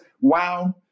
wow